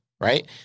right